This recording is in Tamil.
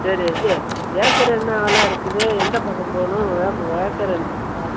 சரி இது ஏக்கரு என்ன வில இருக்குது எந்தப் பக்கம் போகணும் ஏக்கர் என்ன வில